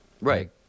Right